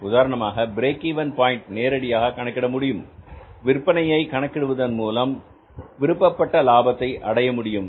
உதாரணமாக break even point நேரடியாக கணக்கிட முடியும் விற்பனையை கணக்கிடுவதன் மூலம் விருப்பப்பட்ட லாபத்தை அடைய முடியும்